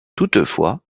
toutefois